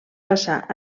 passar